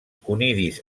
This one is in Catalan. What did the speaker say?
conidis